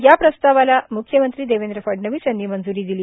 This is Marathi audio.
या प्रस्तावास मुख्यमंत्री देवेंद्र फडणवीस यांनी मंज्री दिली